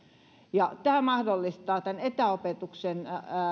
ja tämä mahdollistaa etäopetuksen